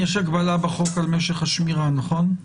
כי יש הגבלה בחוק על משך השמירה, נכון?